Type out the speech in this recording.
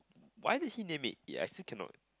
why did he name it it I still cannot